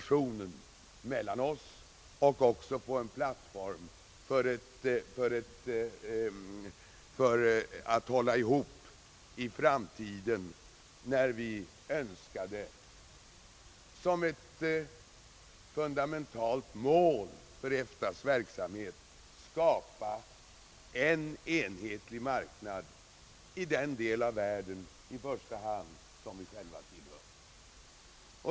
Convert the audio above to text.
Vi ville även skapa en plattform för enighet i framtiden när vi som ett fundamentalt mål för EFTA:s verksamhet betonade att vi önskade skapa en enhetlig marknad i den del av världen i första hand som vi själva tillhör.